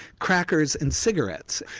crackers, and cigarettes.